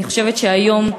אני חושבת שהיום,